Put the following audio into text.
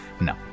no